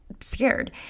scared